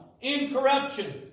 incorruption